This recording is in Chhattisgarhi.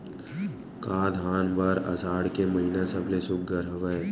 का धान बर आषाढ़ के महिना सबले सुघ्घर हवय?